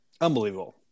Unbelievable